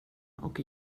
och